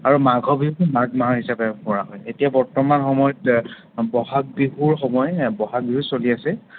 আৰু মাঘৰ বিহুটো মাঘ মাহ হিচাপে কৰা হয় এতিয়া বৰ্তমান সময়ত ব'হাগ বিহুৰ সময় ব'হাগ বিহু চলি আছে